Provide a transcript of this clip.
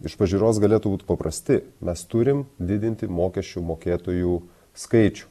iš pažiūros galėtų būti paprasti mes turim didinti mokesčių mokėtojų skaičių